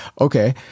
okay